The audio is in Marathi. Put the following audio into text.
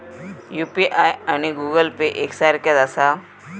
यू.पी.आय आणि गूगल पे एक सारख्याच आसा?